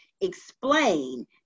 explain